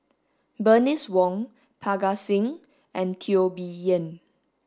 Bernice Wong Parga Singh and Teo Bee Yen